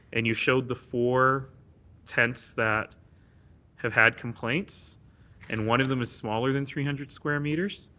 and you showed the four tents that have had complaints and one of them is smaller than three hundred square metres,